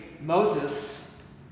Moses